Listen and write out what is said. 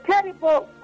terrible